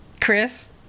Chris